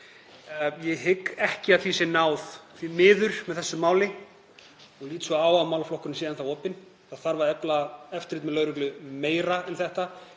Ég hygg ekki að því sé náð, því miður, með þessu máli og lít svo á að málaflokkurinn sé enn opinn. Það þarf að efla eftirlit með lögreglu meira en þetta,